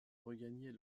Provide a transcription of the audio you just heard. regagner